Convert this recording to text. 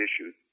issues